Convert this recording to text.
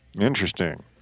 Interesting